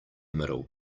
middle